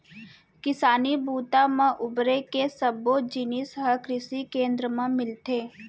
किसानी बूता म बउरे के सब्बो जिनिस ह कृसि केंद्र म मिलथे